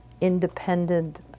independent